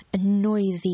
noisy